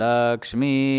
Lakshmi